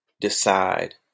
decide